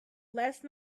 last